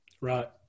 Right